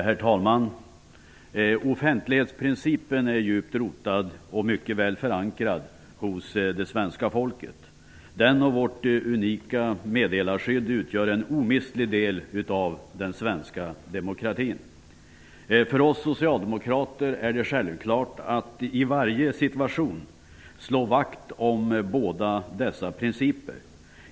Herr talman! Offentlighetsprincipen är djupt rotad och mycket väl förankrad hos det svenska folket. Den och vårt unika meddelarskydd utgör en omistlig del av den svenska demokratin. För oss socialdemokrater är det självklart att i varje situation slå vakt om båda dessa principer.